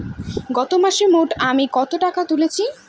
গত মাসে মোট আমি কত টাকা তুলেছি?